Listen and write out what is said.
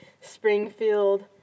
Springfield